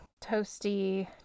toasty